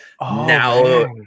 now